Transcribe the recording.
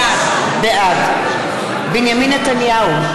בעד בנימין נתניהו,